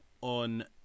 on